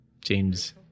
James